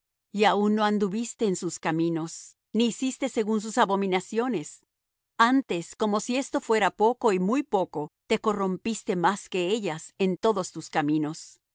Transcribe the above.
y aun no anduviste en sus caminos ni hiciste según sus abominaciones antes como si esto fuera poco y muy poco te corrompiste más que ellas en todos tus caminos